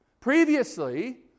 Previously